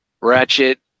Ratchet